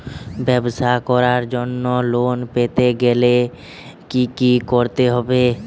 ব্যবসা করার জন্য লোন পেতে গেলে কি কি করতে হবে?